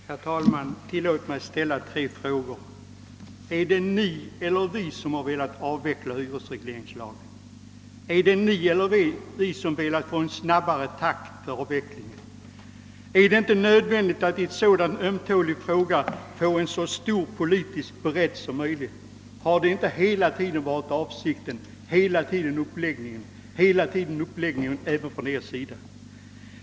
Herr talman! Tillåt mig ställa tre frågor till herr Gustafsson i Skellefteå. Är det ni eller vi som har velat avveckla hyresregleringslagen? Är det ni eller vi som velat ha en snabbare takt i avvecklingen? Är det inte nödvändigt att när det gäller en sådan ömtålig fråga få en så stor politisk bredd som möjligt bakom beslutet och har det inte hela tiden varit avsikten med uppläggningen även från er sida?